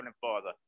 Father